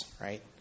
right